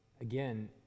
again